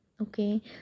okay